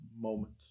moment